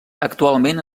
actualment